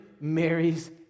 Mary's